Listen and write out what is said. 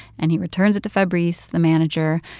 and he returns it to fabrice, the manager.